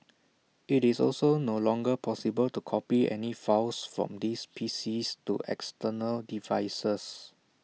IT is also no longer possible to copy any files from these P Cs to external devices